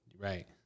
Right